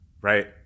Right